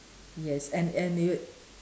yes and and you